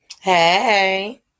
Hey